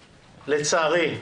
לצערי,